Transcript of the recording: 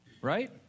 right